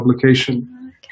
publication